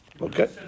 Okay